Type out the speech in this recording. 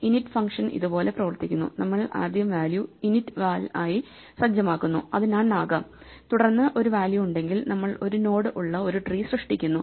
init function ഇതുപോലെ പ്രവർത്തിക്കുന്നു നമ്മൾ ആദ്യം വാല്യൂ initval ആയി സജ്ജമാക്കുന്നു അത് നൺ ആകാം തുടർന്ന് ഒരു വാല്യൂ ഉണ്ടെങ്കിൽ നമ്മൾ ഒരു നോഡ് ഉള്ള ഒരു ട്രീ സൃഷ്ടിക്കുന്നു